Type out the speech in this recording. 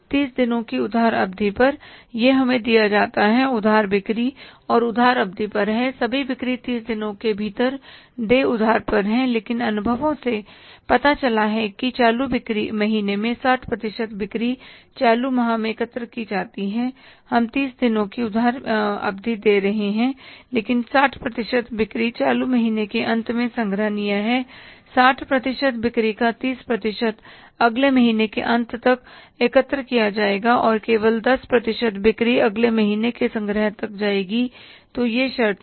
30 दिनों की उधार अवधि पर यह हमें दिया जाता है कि उधारी बिक्री और उधार अवधि पर है सभी बिक्री 30 दिनों के भीतर देय उधार पर हैं लेकिन अनुभवों से पता चला है कि चालू महीने में 60 बिक्री चालू माह में एकत्र की जाती है हम 30 दिनों की उधार अवधि दे रहे हैं लेकिन 60 प्रतिशत बिक्री चालू महीने के अंत में संग्रहणीय है 60 प्रतिशत बिक्री का 30 प्रतिशत अगले महीने के अंत तक एकत्र किया जाएगा और केवल 10 प्रतिशत बिक्री अगले महीने के संग्रह तक जाएगी तो यह शर्तें हैं